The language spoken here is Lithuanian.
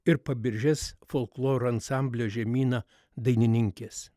ir pabiržės folkloro ansamblio žemyna dainininkės